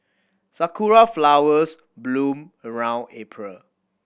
sakura flowers bloom around April